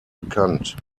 bekannt